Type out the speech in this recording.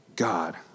god